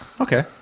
Okay